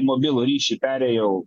į mobilų ryšį perėjau